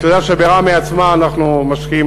אתה יודע שבראמה עצמה אנחנו משקיעים